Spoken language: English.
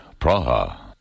Praha